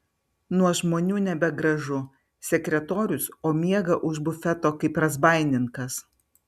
nuo žmonių nebegražu sekretorius o miega už bufeto kaip razbaininkas